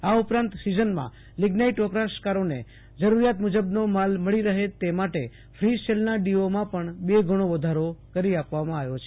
આ ઉપરાંત સિઝનમાં લિઝનાઈટ વપરાશકારોને જરૂરીયાત મુજબનો માલ મળી રહે એ માટે ફ્રી સેલના ડીઓમાં પણ બે ગણો વધારો કરી આપવામાં આવ્યો છે